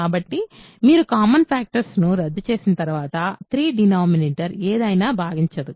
కాబట్టి మీరు common factors ను రద్దు చేసిన తర్వాత 3 డినామినేటర్ ఏది అయినా భాగించదు